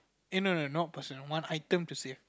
eh no no not person one item to save